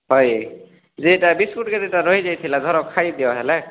ହଏ ଯେ ଏଇଟା ବିସ୍କୁଟ୍ ରହିଯାଇଥିଲା ଧର ଖାଇଦିଅ ହେଲେ